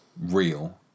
real